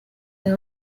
une